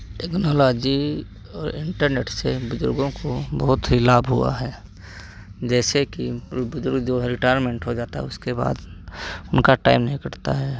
technology और internet से बुजुर्गों को बहुत ही लाभ हुआ है जैसे कि वो बुज़ुर्ग जो है रिटायरमेन्ट हो जाता है उसके बाद उनका टाइम नहीं कटता है